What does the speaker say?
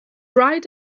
right